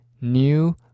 new